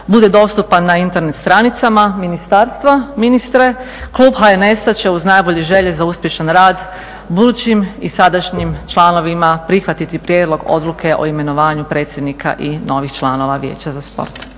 bude dostupan na Internet stranicama ministarstva ministre, klub HNS-a će uz najbolje želje za uspješan rad budućim i sadašnjim članovima prihvatiti Prijedlog odluke o imenovanju predsjednika i novih članova Vijeća za sport.